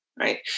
Right